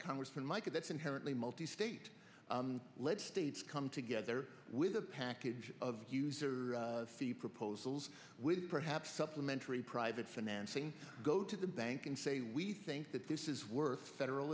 congressman mica that's inherently multi state ledge states come together with a package of user fee proposals with perhaps supplementary private financing go to the bank and say we think that this is worth federal